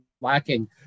lacking